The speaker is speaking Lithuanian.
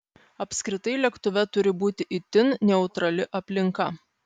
apskritai lėktuve turi būti itin neutrali aplinka